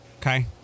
okay